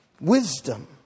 Wisdom